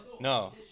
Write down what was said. No